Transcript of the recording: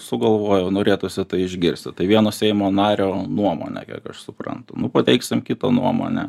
sugalvojau norėtųsi tai išgirsti tai vieno seimo nario nuomonė kiek aš suprantantu nu pateiksim kitą nuomonę